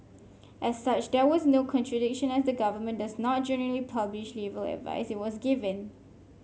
as such there was no contradiction as the government does not generally publish legal advice it was given